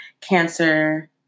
cancer